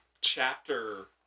chapter